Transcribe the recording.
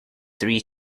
three